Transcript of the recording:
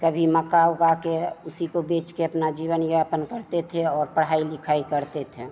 कभी मक्का उगाकर उसी को बेचकर अपना जीवन यापन करते थे और पढ़ाई लिखाई करते थे